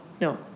no